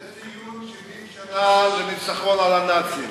אבל זה ציון 70 שנה לניצחון על הנאצים.